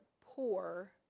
poor